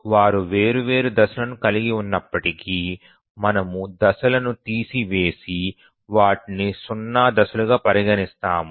వారు వేర్వేరు దశలను కలిగి ఉన్నప్పటికీ మనము దశలను తీసి వేసి వాటిని 0 దశలుగా పరిగణిస్తాము